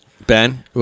Ben